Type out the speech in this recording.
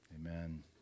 Amen